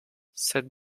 cette